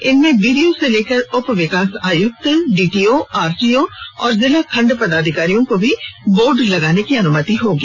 इनमें से बीडीओ से लेकर उप विकास आयुक्त डीटीओ आरटीओ और जिला खंड पदाधिकारियों को भी बोर्ड लगाने की अनुमति होगी